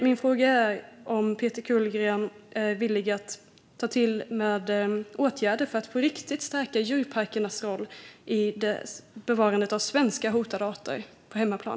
Min fråga är: Är Peter Kullgren villig att vidta åtgärder för att på riktigt stärka djurparkernas roll i bevarandet av svenska hotade arter på hemmaplan?